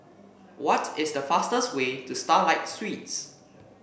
what is the fastest way to Starlight Suites